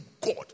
God